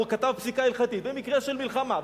הוא כתב פסיקה הלכתית: במקרה של מלחמה,